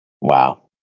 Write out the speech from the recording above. Wow